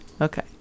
Okay